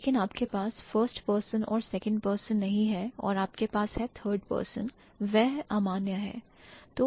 लेकिन आपके पास first person और second person नहीं है और आपके पास है third person वह अमान्य है